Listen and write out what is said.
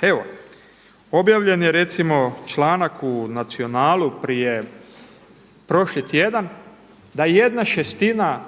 Evo objavljen je recimo članak u Nacionalu prošli tjedan da 1/6